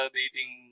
dating